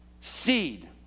seed